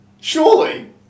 Surely